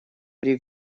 при